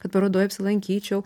kad parodoj apsilankyčiau